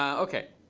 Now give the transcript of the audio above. ok.